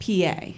PA